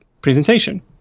presentation